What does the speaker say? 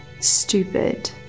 stupid